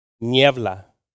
Niebla